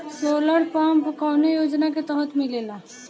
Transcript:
Solar pump कौने योजना के तहत मिलेला?